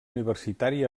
universitari